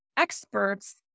Experts